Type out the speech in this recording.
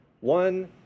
One